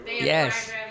Yes